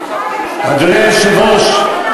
אדוני היושב-ראש,